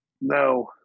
no